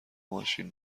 ماشین